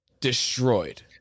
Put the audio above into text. destroyed